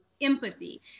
empathy